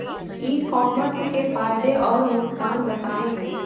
ई commerce के फायदे और नुकसान बताएँ?